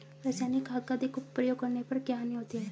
रासायनिक खाद का अधिक प्रयोग करने पर क्या हानि होती है?